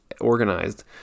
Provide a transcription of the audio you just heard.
organized